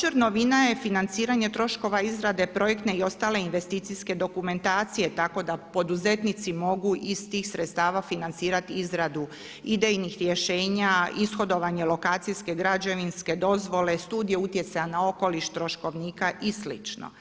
Također novina je financiranje troškova izrade projektne i ostale investicijske dokumentacije, tako da poduzetnici mogu iz tih sredstava financirati izradu idejnih rješenja, ishodovanje lokacijske, građevinske dozvole, studije utjecaja na okoliš, troškovnika i slično.